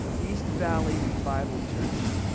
east valley bible church.